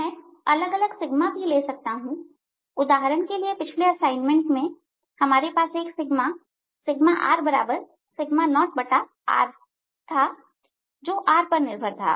मैं अलग अलग भी ले सकता हूं उदाहरण के लिए पिछले असाइनमेंट में हमारे पास एक 0r जो r पर निर्भर था